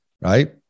right